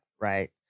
right